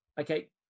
okay